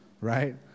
right